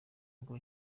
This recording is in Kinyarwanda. bwo